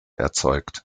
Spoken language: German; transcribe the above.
erzeugt